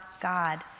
God